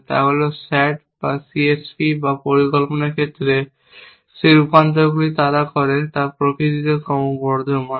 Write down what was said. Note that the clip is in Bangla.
তা হল S A T বা C S P বা পরিকল্পনার ক্ষেত্রে যে রূপান্তরগুলি তারা করে তা প্রকৃতিতে ক্রমবর্ধমান